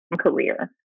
career